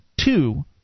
two